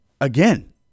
Again